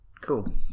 Cool